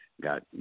got